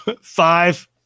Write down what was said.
Five